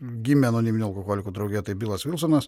gimė anoniminių alkoholikų draugija tai bilas vilsonas